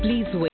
please wait